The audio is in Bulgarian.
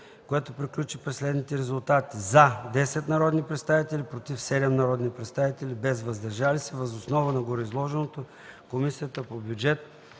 което приключи при следните резултати: „за” – 10 народни представители, „против” – 7 народни представители, без „въздържали се”. Въз основа на гореизложеното Комисията по бюджет